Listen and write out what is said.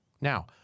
Now